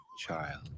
child